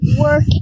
Work